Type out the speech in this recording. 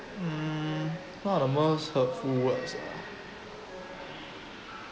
mm what are the most hurtful words ah